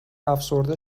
افسرده